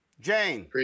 Jane